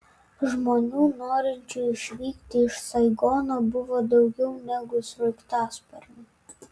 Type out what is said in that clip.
žmonių norinčių išvykti iš saigono buvo daugiau negu sraigtasparnių